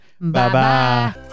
Bye-bye